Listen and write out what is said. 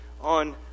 on